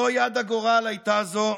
לא יד הגורל הייתה זו,